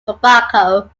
tobacco